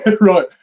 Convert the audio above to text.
Right